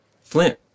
Flint